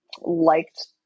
liked